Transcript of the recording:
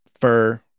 fur